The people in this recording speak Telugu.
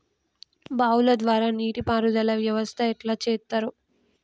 బావుల ద్వారా నీటి పారుదల వ్యవస్థ ఎట్లా చేత్తరు?